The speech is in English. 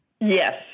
Yes